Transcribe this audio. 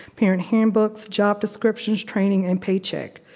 parent handbooks, job descriptions training and paycheck.